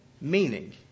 meaning